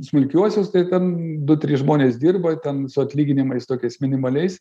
smulkiuosius tai ten du trys žmonės dirba ten su atlyginimais tokiais minimaliais